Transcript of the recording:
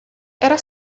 era